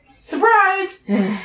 Surprise